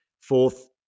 fourth